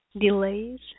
delays